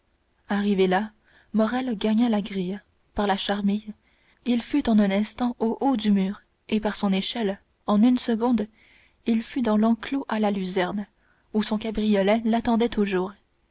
arrivé là morrel gagna la grille par la charmille il fut en un instant au haut du mur et par son échelle en une seconde il fut dans l'enclos à la luzerne où son cabriolet l'attendait toujours